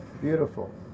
Beautiful